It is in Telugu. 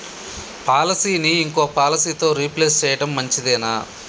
పాలసీని ఇంకో పాలసీతో రీప్లేస్ చేయడం మంచిదేనా?